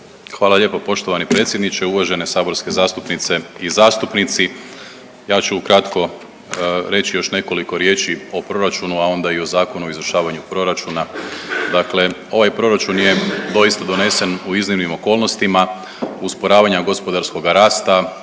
Hvala lijepo poštovani predsjedniče. Uvažene saborske zastupnice i zastupnici. Ja ću ukratko reći još nekoliko riječi o proračunu, a onda i o Zakonu o izvršavanju proračuna. Dakle, ovaj proračun je doista donesen u iznimnim okolnostima usporavanja gospodarskoga rasta,